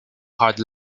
hard